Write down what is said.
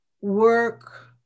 work